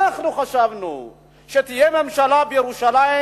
אנחנו חשבנו שתהיה ממשלה בירושלים,